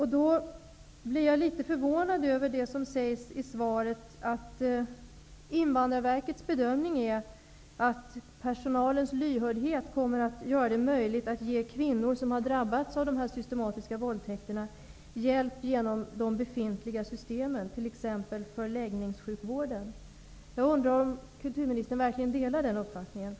Jag blir därför litet förvånad över att det i svaret sägs att Invandrarverkets bedömning är att personalens lyhördhet kommer att göra det möjligt att ge kvinnor som drabbats av dessa systematiska våldtäkter hjälp genom de befintliga systemen, t.ex. förläggningssjukvården. Delar kulturministern verkligen den uppfattningen?